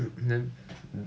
then then